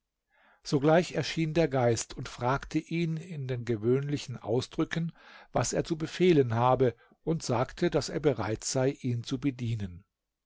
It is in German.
sogleich erschien der geist fragte in den gewöhnlichen ausdrücken was er zu befehlen habe und sagte daß er bereit sei ihn zu bedienen